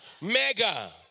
mega